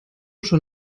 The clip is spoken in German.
schon